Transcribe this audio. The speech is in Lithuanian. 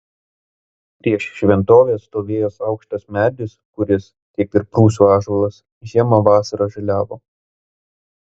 prieš šventovę stovėjęs aukštas medis kuris kaip ir prūsų ąžuolas žiemą vasarą žaliavo